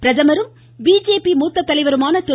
பிரதமரும் பிஜேபி மூத்த தலைவருமான திரு